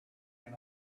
can